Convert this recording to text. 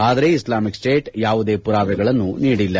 ಆದರೆ Islamic State ಯಾವುದೇ ಪುರಾವೆಗಳನ್ನು ನೀಡಿಲ್ಲ